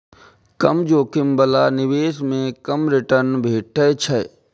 कम जोखिम बला निवेश मे कम रिटर्न भेटै छै